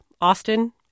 Austin